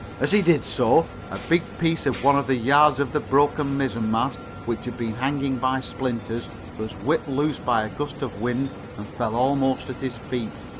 as he did so a big piece of one of the yards of the broken mizzen mast which had been hanging by splinters was whipped loose by a gust of wind and fell almost at his feet,